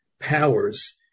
powers